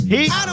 Heat